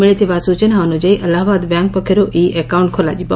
ମିଳିଥିବା ସୂଚନା ଅନୁଯାୟୀ ଆହ୍ନାବାଦ୍ ବ୍ୟାଙ୍କ ପକ୍ଷରୁ ଇ ଆକାଉଣ୍କ ଖୋଲାଯିବ